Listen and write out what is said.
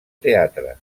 teatre